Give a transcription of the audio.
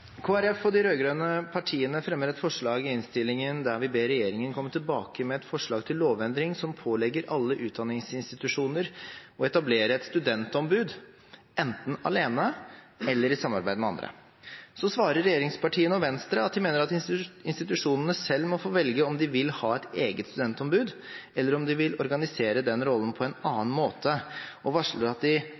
Folkeparti og de rød-grønne partiene fremmer et forslag i innstillingen der vi ber regjeringen komme tilbake med et forslag til lovendring som pålegger alle utdanningsinstitusjoner å etablere et studentombud, enten alene eller i samarbeid med andre. Regjeringspartiene og Venstre svarer at de mener at institusjonene selv må få velge om de vil ha et eget studentombud, eller om de vil organisere den rollen på en annen måte, og varsler at de